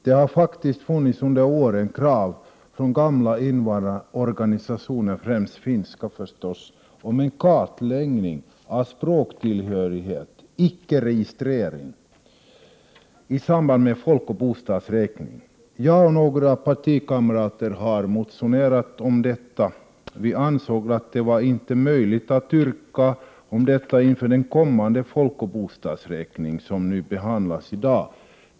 Det har under åren funnits krav från gamla invandrarorganisationer, främst finska givetvis, om en kartläggning, icke en registrering, av språktillhörighet i samband med folkoch bostadsräkningen. Jag och några partikamrater har motionerat om detta. Vi ansåg att det inte var möjligt att yrka på detta inför den kommande folkoch bostadsräkningen som behandlas i dag.